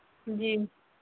जी